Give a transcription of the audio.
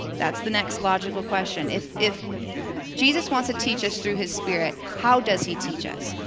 that's the next logical question. if if jesus wants to teach us through his spirit, how does he teach us?